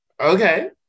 Okay